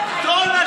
לרוב